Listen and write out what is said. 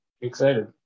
Excited